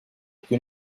que